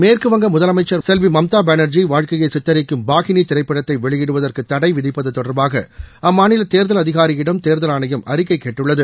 மேற்குவங்க முதலமைச்சர் மம்தா பேனர்ஜி வாழ்க்கையை சித்தரிக்கும் பாஹினி திரைப்படத்தை வெளியிடுவதற்கு தடை விதிப்பது தொடர்பாக அம்மாநில தேர்தல் அதிகாரியிடம் தேர்தல் ஆணையம் அறிக்கை கேட்டுள்ளது